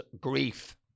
grief